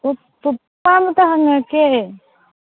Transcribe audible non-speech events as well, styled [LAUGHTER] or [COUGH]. [UNINTELLIGIBLE] ꯋꯥ ꯑꯃꯠꯇ ꯍꯪꯉꯛꯀꯦ